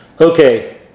Okay